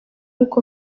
uko